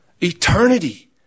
Eternity